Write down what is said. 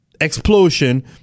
Explosion